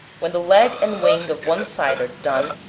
when the leg and wing of one side are done,